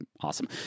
awesome